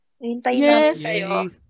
Yes